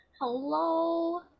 Hello